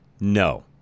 No